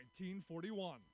1941